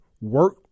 work